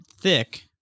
thick